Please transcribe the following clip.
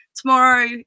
tomorrow